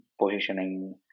positioning